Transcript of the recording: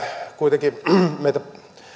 kuitenkin meitä